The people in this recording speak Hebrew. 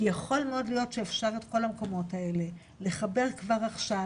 כי יכול מאוד להיות שאפשר את כל המקומות האלה לחבר כבר עכשיו,